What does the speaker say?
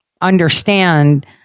understand